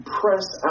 press